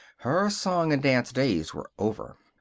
her song-and-dance days were over.